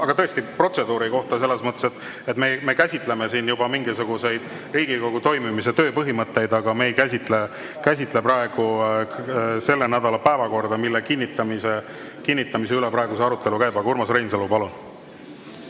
Aga tõesti protseduuri kohta – me käsitleme siin juba mingisuguseid Riigikogu toimimise tööpõhimõtteid, aga me ei käsitle selle nädala päevakorda, mille kinnitamise üle praegu see arutelu käib. Urmas Reinsalu, palun!